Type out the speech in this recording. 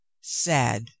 sad